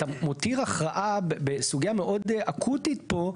אתה מותיר הכרעה בסוגיה מאוד אקוטית פה.